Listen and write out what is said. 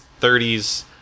30s